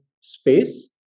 space